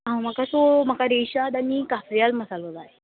आ म्हाका सो म्हाका रेशाद आनी काफ्रीएल मसालो जाय